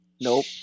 Nope